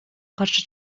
каршы